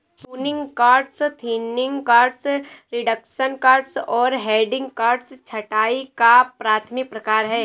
pruning cuts, thinning cuts, reduction cuts और heading cuts छंटाई का प्राथमिक प्रकार हैं